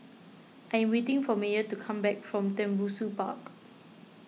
I am waiting for Meyer to come back from Tembusu Park